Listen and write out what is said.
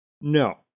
No